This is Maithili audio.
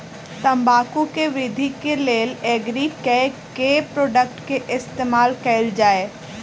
तम्बाकू केँ वृद्धि केँ लेल एग्री केँ के प्रोडक्ट केँ इस्तेमाल कैल जाय?